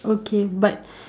okay but